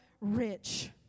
rich